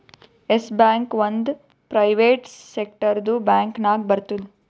S Bank ಒಂದ್ private ಸೆಕ್ಟರ್ದು bank ನಾಗ್ ಬರ್ತುದ್